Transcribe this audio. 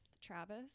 Travis